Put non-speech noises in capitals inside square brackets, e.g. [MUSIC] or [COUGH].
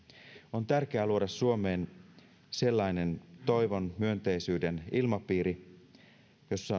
on tärkeää luoda suomeen sellainen toivon myönteisyyden ilmapiiri jossa [UNINTELLIGIBLE]